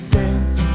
dance